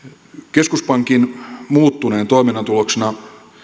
keskuspankin muuttuneen toiminnan tuloksena